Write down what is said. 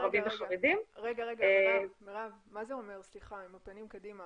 ערבים וחרדים --- מה זה אומר עם הפנים קדימה,